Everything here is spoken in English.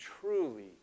truly